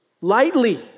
lightly